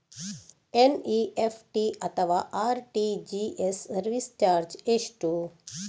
NEFT ಅಥವಾ RTGS service charge ಎಷ್ಟು?